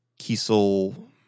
kiesel